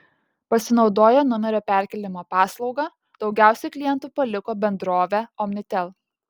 pasinaudoję numerio perkėlimo paslauga daugiausiai klientų paliko bendrovę omnitel